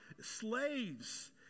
slaves